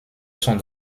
sont